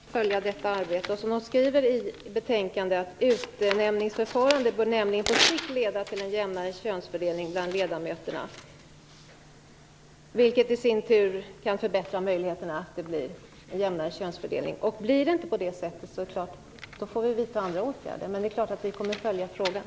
Herr talman! Självfallet skall vi följa detta arbete. I betänkandet skrivs att utnämningsförförfarandet på sikt bör leda till en jämnare könsfördelning bland ledamöterna, vilket i sin tur kan förbättra möjligheterna till en jämnare könsfördelning. Om det inte blir på det sättet får vi vidta andra åtgärder. Men det är klart att vi kommer att följa frågan.